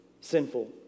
sinful